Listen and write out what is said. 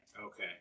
Okay